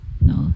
no